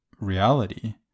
reality